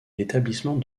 l’établissement